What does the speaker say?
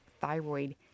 thyroid